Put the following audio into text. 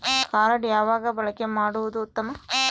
Card ಯಾವಾಗ ಬಳಕೆ ಮಾಡುವುದು ಉತ್ತಮ?